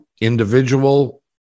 individual